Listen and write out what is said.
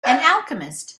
alchemist